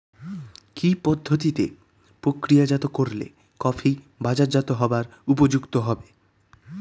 কি পদ্ধতিতে প্রক্রিয়াজাত করলে কফি বাজারজাত হবার উপযুক্ত হবে?